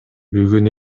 бүгүн